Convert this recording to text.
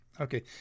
Okay